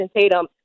Tatum